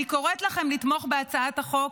אני קוראת לכם לתמוך בהצעת החוק,